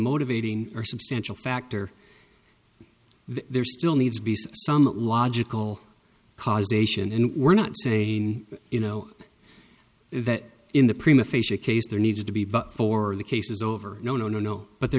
motivating or substantial factor there still needs some logical causation and we're not saying you know that in the prima facie case there needs to be but for the cases over no no no no but there